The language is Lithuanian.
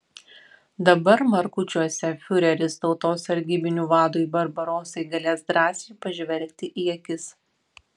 dabar markučiuose fiureris tautos sargybinių vadui barbarosai galės drąsiai pažvelgti į akis